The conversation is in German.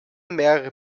mehrere